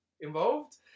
involved